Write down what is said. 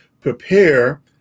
prepare